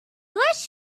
bless